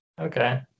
Okay